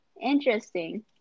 Interesting